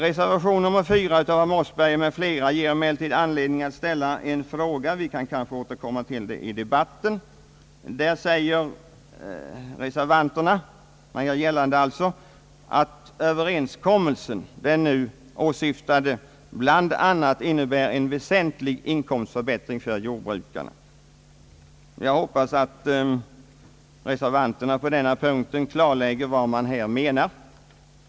Reservation nr 4 av herr Mossberger m.fl. ger emellertid anledning att ställa en fråga, vilket vi kanske kan återkomma till i debatten, där reservanterna gör gällande att den nu åsyftade överenskommelsen bl.a. innebär en väsentlig inkomstförbättring för jordbrukarna. Jag hoppas att reservanterna på denna punkt klarlägger vad man här menar.